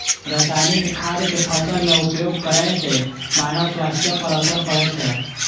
रासायनिक खादक फसल मे उपयोग करै सं मानव स्वास्थ्य पर असर पड़ै छै